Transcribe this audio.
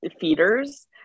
feeders